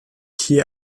hier